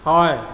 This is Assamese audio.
হয়